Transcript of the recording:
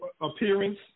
appearance